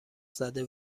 زده